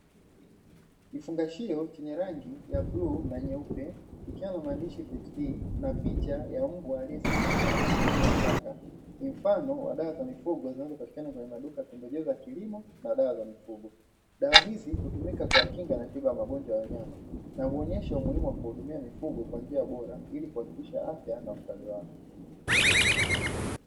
Kifungashio chenye rangi ya bluu na nyeupe ikiwa na maandishi peti d na picha ya mbwa aliyesimama pembeni ya paka ni mfano wa dawa za mifugo zinazopatikana kwenye maduka pembejeo za kilimo na dawa za mifugo. Dawa hizi hutumika kwa kinga na tiba ya magonjwa ya wanyama na huonyesha umuhimu wa kuhudumia mifugo kwa njia bora ili kuhakikisha afya na ustawi wake